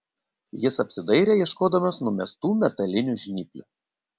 jis apsidairė ieškodamas numestų metalinių žnyplių